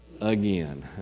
again